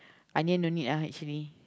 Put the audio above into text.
onion don't need [a] actually